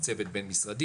זה צוות בין-משרדי,